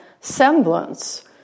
semblance